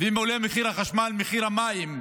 אם עולה מחיר החשמל, מחיר המים יעלה,